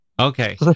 Okay